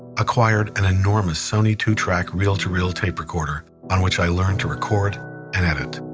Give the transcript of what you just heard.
acquired an enormous sony two-track reel-to-reel tape recorder on which i learned to record and edit.